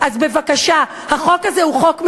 אז בבקשה, החוק הזה הוא חוק מצוין,